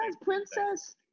Princess